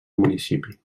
municipi